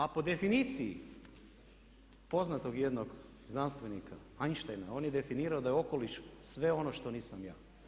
A po definiciji poznatog jednog znanstvenika Einsteina, on je definirao da je okoliš sve ono što nisam ja.